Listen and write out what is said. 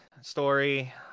story